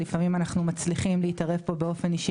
שלפעמים אנחנו מצליחים להתערב פה באופן אישי